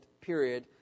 period